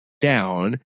down